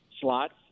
slots